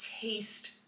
taste